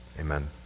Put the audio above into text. Amen